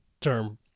term